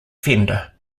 fender